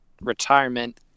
retirement